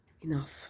enough